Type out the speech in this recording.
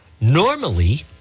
normally